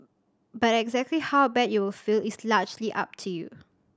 but exactly how bad you will feel is largely up to you